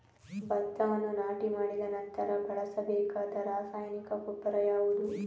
ಭತ್ತವನ್ನು ನಾಟಿ ಮಾಡಿದ ನಂತರ ಬಳಸಬೇಕಾದ ರಾಸಾಯನಿಕ ಗೊಬ್ಬರ ಯಾವುದು?